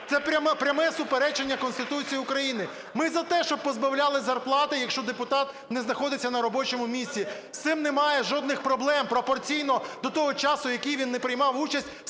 Це пряме суперечення Конституції України. Ми за те, щоб позбавляли зарплати, якщо депутат не знаходиться на робочому місці, з цим не має жодних проблем, пропорційно до того часу, в який він не приймав участь